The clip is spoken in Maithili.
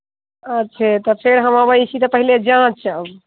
अच्छे तऽ फेर हम अबैत छी तऽ पहिले जाँचब